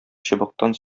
чыбыктан